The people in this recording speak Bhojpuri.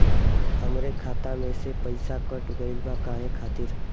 हमरे खाता में से पैसाकट गइल बा काहे खातिर?